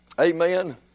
Amen